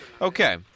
Okay